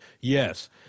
Yes